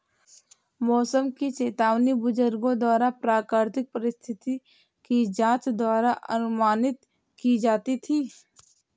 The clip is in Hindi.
मौसम की चेतावनी बुजुर्गों द्वारा प्राकृतिक परिस्थिति की जांच द्वारा अनुमानित की जाती थी